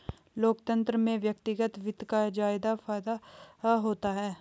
लोकतन्त्र में व्यक्तिगत वित्त का ज्यादा फायदा होता है